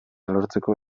lortzeko